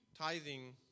tithing